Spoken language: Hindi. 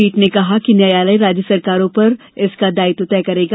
पीठ ने कहा कि न्यायालय राज्य सरकारों पर इसका दायित्व तय करेगा